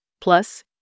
plus